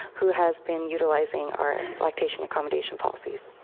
who has been utilizing our lactation accommodation policies.